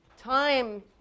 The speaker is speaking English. time